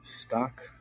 Stock